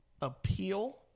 appeal